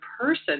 person